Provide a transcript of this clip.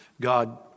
God